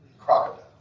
crocodile